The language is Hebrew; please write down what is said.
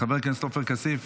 חבר הכנסת עופר כסיף,